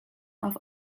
auf